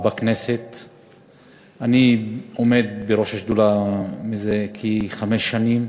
אני עומד בראש השדולה מזה כחמש שנים.